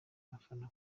abafana